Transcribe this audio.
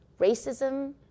racism